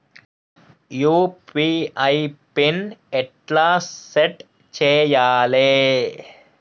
UPI PIN ఎట్లా set చేయాలే?